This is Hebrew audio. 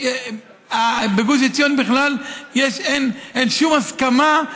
בגוש עציון בכלל אין שום הסכמה,